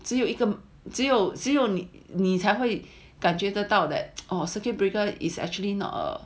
只有一个只有只有你你才会感觉得到 that orh circuit breaker is actually not err